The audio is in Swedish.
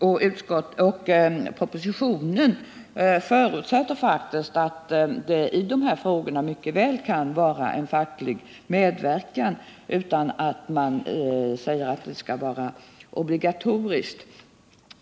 I propositionen förutsätts att det i dessa frågor mycket väl kan vara facklig medverkan utan att en sådan för den skull skall vara obligatorisk.